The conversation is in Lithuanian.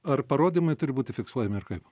ar parodymai turi būti fiksuojami ir kaip